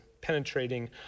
penetrating